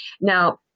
now